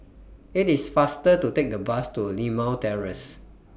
IT IS faster to Take The Bus to Limau Terrace